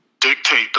dictate